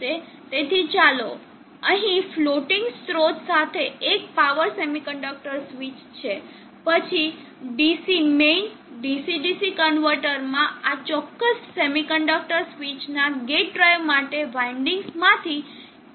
તેથી ચાલો અહીં ફ્લોટિંગ સ્રોત સાથે એક પાવર સેમિકન્ડક્ટર સ્વીચ છે પછી DC મેઈન DC DC કન્વર્ટરમાં આ ચોક્કસ સેમિકન્ડક્ટર સ્વીચના ગેટ ડ્રાઇવ માટે વાઈન્ડિંગ્સ માંથી એકનો ઉપયોગ કરવામાં આવશે